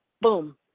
boom